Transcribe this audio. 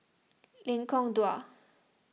Lengkong Dua